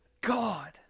God